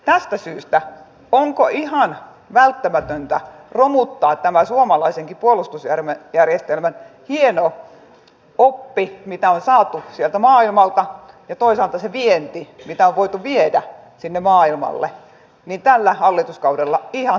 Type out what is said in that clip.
tästä syystä onko ihan välttämätöntä romuttaa tämä suomalaisenkin puolustusjärjestelmän hieno oppi mitä on saatu sieltä maailmalta ja toisaalta se vienti mitä on voitu viedä sinne maailmalle tällä hallituskaudella ihan totaalisesti